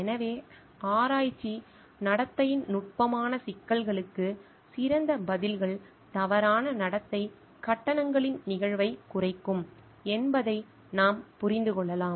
எனவே ஆராய்ச்சி நடத்தையின் நுட்பமான சிக்கல்களுக்கு சிறந்த பதில்கள் தவறான நடத்தை கட்டணங்களின் நிகழ்வைக் குறைக்கும் என்பதை நாம் புரிந்து கொள்ளலாம்